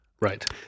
Right